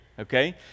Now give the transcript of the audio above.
Okay